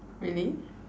really